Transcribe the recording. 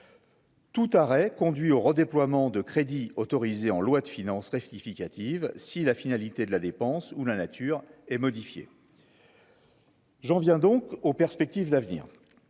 Tout arrêt conduit au redéploiement de crédits autorisés en loi de finances rectificative si la finalité de la dépense ou la nature est modifié. J'en viens donc aux perspectives d'avenir,